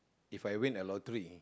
If I win a lottery